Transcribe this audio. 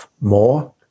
more